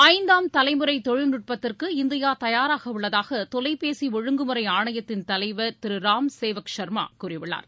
ஐந்தாம் தலைமுறை தொழல்நுட்பத்திற்கு இந்தியா தயாராக உள்ளதாக தொலைபேசி ஒழங்குமுறை ஆணையத்தின் தலைவர் திரு ராம் சேவக் சர்மா கூறியுள்ளார்